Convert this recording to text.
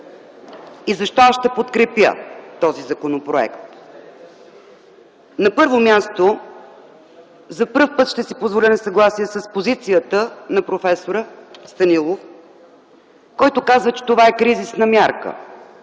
и защо аз ще подкрепя този законопроект? На първо място, за пръв път ще си позволя несъгласие с позицията на проф. Станилов, който каза, че това е кризисна мярка.